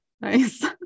Nice